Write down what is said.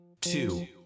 two